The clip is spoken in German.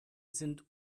sind